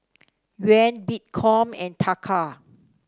Yuan Bitcoin and Taka